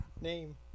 name